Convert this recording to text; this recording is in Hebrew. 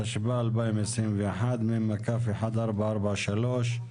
התשפ"א-2021 מ/1443.